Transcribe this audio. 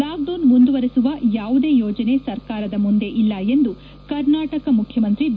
lock down ಮುಂದುವರೆಸುವ ಯಾವುದೇ ಯೋಜನೆ ಸರ್ಕಾರದ ಮುಂದೆ ಇಲ್ಲ ಎಂದು ಕರ್ನಾಟಕ ಮುಖ್ಯಮಂತ್ರಿ ಬಿ